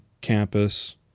campus